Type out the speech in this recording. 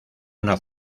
una